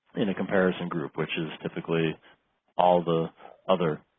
in a comparison group which is typically all the other